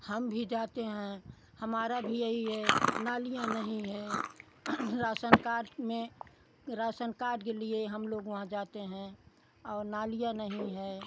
हम भी जाते हैं हमारा भी यही है नालियाँ नहीं हैं राशन कार्ड में राशन कार्ड के लिए हम लोग वहाँ जाते हैं और नालियाँ नहीं है